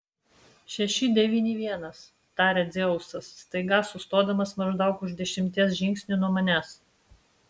šeši devyni vienas taria dzeusas staiga sustodamas maždaug už dešimties žingsnių nuo manęs